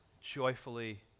joyfully